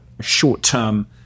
short-term